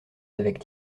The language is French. avec